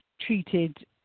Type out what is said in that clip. treated